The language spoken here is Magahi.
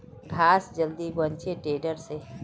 घास जल्दी बन छे टेडर से